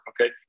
Okay